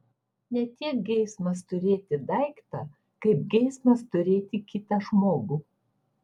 ne tiek geismas turėti daiktą kaip geismas turėti kitą žmogų